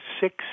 six